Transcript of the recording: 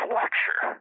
lecture